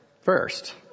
first